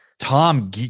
Tom